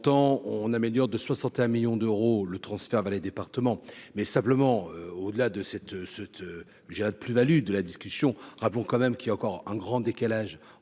on améliore de 61 millions d'euros, le transfert vers les départements. Mais simplement, au-delà de cette cette, je dirais de plus-values de la discussion, rappelons quand même qu'il y a encore un grand décalage